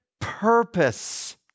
purpose